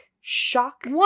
Shock